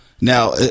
Now